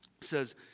says